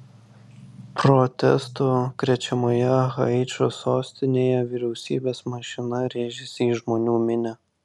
protestų krečiamoje haičio sostinėje vyriausybės mašina rėžėsi į žmonių minią